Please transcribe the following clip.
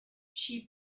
she